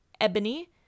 Ebony